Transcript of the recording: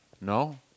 No